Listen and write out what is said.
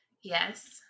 Yes